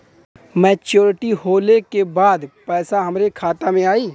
Maturity होले के बाद पैसा हमरे खाता में आई?